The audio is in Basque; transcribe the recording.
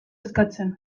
eskatzen